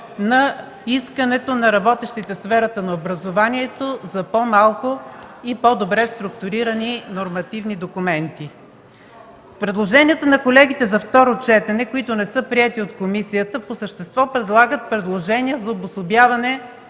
на искането на работещите в сферата на образованието за по-малко и по-добре структурирани нормативни документи. Предложенията на колегите за второ четене, които не са приети от комисията, по същество са за обособяване